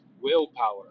willpower